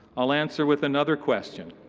i'll answer with another question.